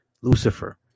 Lucifer